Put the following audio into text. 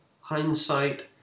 hindsight